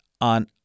on